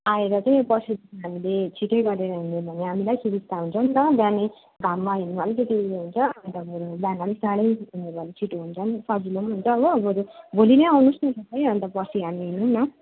आएर चाहिँ पर्सि हामीले छिटो गरेर हिँड्यो भने हामीलाई सुबिस्ता हुन्छ नि त बिहान नै घाममा हिँड्नु अलिकति उयो हुन्छ अन्तखेरि बिहान अलिक चाँडै निस्क्यौँ भने छिटो हुन्छ नि सजिलो हुन्छ हो बरु भोलि नै आउनु होस् नि तपाईँ अन्त पर्सि हामी हिँडौँ न